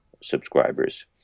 subscribers